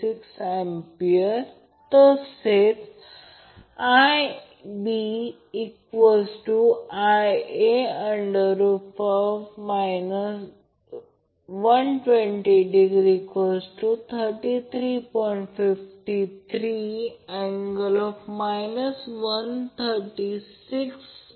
तर ∆ connected source किंवा लोडसाठी लाईन व्होल्टेज फेज व्होल्टेज कारण दोन्ही ∆∆ आहेत न्यूट्रल कोणताही प्रश्न नाही an bn cn हे सर्व लाईन टू लाईन आहेत